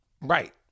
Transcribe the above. Right